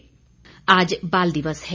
बाल दिवस आज बाल दिवस है